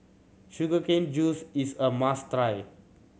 sugar cane juice is a must try